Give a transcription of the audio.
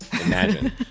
Imagine